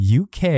uk